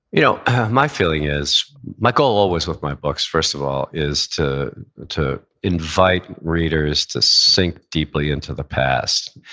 you know my feeling is, my goal always with my books first of all, is to to invite readers to sink deeply into the past,